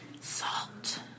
Salt